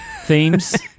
themes